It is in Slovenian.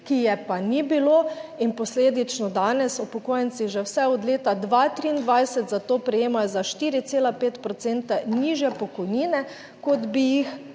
ki je pa ni bilo, in posledično danes upokojenci že vse od leta 2023 za to prejemajo za 4,5 procenta nižje pokojnine. kot bi jih